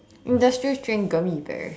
industrial strength gummy bear